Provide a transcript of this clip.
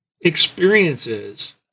experiences